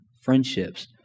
friendships